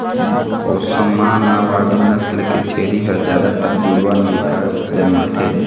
ओस्मानाबादी नसल के छेरी ह जादातर जुड़वा लइका जनमाथे